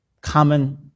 common